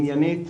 עניינית,